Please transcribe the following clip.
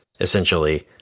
essentially